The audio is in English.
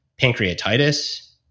pancreatitis